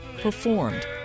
performed